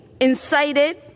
incited